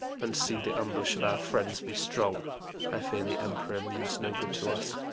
and see the ambush of our friends be strong i fear the emperor means no good to us.